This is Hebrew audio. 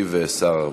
ישיב שר הרווחה.